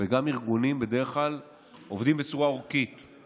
וגם ארגונים עובדים בצורה אורכית בדרך כלל.